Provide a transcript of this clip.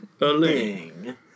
A-ling